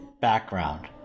background